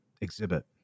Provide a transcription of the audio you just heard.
exhibit